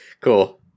Cool